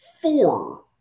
four